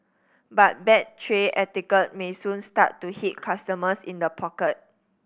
but bad tray etiquette may soon start to hit customers in the pocket